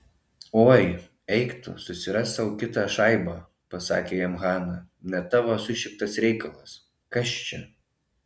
oi eik tu susirask sau kitą šaibą pasakė jam hana ne tavo sušiktas reikalas kas čia